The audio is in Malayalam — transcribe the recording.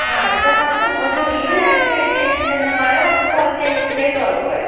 ആ അടുത്ത മാസം ഒരു ഈയൊരാഴ്ച്ച കഴിഞ്ഞു കഴിഞ്ഞിട്ടുണ്ടെങ്കിൽത്തന്നെ മഴ കുറച്ച് കുറഞ്ഞ് കഴിഞ്ഞിട്ടുണ്ടെങ്കിൽ തുറക്കും അവിടെ